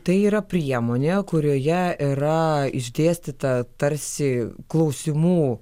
tai yra priemonė kurioje yra išdėstyta tarsi klausimų